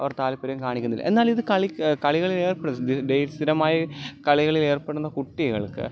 അവർ താല്പര്യം കാണിക്കുന്നില്ല എന്നാൽ ഇത് കളി കളികളിലേർപ്പെട്ട് ഡേയ്സ് സ്ഥിരമായി കളികളിലേർപ്പെടുന്ന കുട്ടികൾക്ക്